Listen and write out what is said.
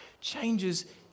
changes